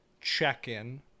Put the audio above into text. check-in